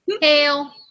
Hail